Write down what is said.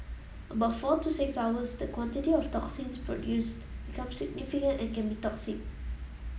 about four to six hours the quantity of toxins produced becomes significant and can be toxic